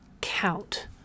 count